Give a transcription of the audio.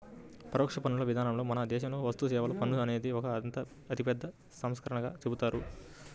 పరోక్ష పన్నుల విధానంలో మన దేశంలో వస్తుసేవల పన్ను అనేది ఒక అతిపెద్ద సంస్కరణగా చెబుతారు